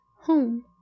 home